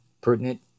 pertinent